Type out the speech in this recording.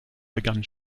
begann